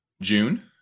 June